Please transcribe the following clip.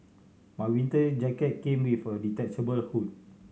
my winter jacket came with a detachable hood